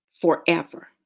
forever